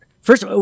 First